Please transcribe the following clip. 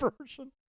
version